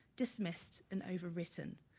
dismissed and overwritten.